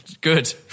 Good